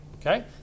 Okay